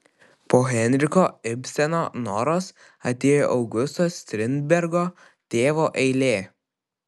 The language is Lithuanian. po henriko ibseno noros atėjo augusto strindbergo tėvo eilė